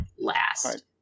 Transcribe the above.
last